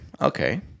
okay